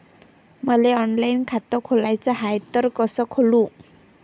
मले ऑनलाईन खातं खोलाचं हाय तर कस खोलू?